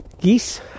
geese